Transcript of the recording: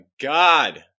God